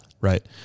Right